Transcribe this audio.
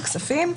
כספים.